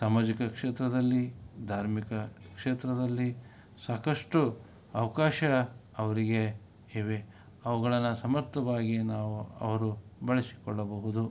ಸಾಮಾಜಿಕ ಕ್ಷೇತ್ರದಲ್ಲಿ ಧಾರ್ಮಿಕ ಕ್ಷೇತ್ರದಲ್ಲಿ ಸಾಕಷ್ಟು ಅವಕಾಶ ಅವರಿಗೆ ಇವೆ ಅವುಗಳನ್ನು ಸಮರ್ಥವಾಗಿ ನಾವು ಅವರು ಬಳಸಿಕೊಳ್ಳಬಹುದು